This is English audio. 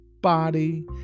body